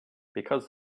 because